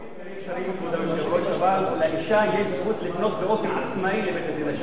לאשה יש זכות לפנות באופן עצמאי לבית-הדין השרעי,